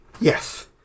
Yes